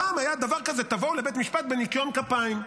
פעם היה דבר כזה: תבואו לבית משפט בניקיון כפיים.